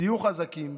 תהיו חזקות.